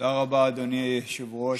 תודה רבה, אדוני היושב-ראש.